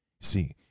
see